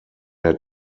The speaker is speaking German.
der